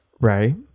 Right